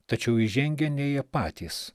tačiau įžengia ne jie patys